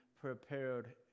prepared